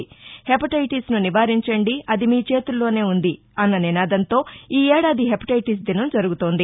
హెప్రబైటిస్ను నివారించండి అది మీ చేతుల్లోనే ఉంది అన్న నినాదంతో ఈ ఏడాది హెపటైటిస్ దినం జరుగుతోంది